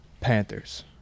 Panthers